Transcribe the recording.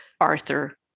Arthur